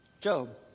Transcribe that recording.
Job